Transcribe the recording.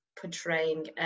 portraying